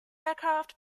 aircraft